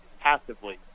passively